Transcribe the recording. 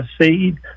seed